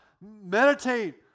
Meditate